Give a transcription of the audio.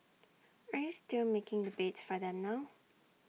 are you still making the beds for them now